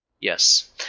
Yes